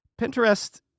Pinterest